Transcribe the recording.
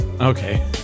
Okay